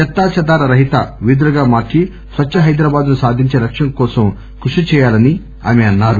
చెత్తా చెదార రహిత వీధులుగా మార్చి స్వచ్ఛ హైదరాబాద్ ను సాధించే లక్ష్యం కోసం కృషి సాగాలని అన్సారు